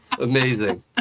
Amazing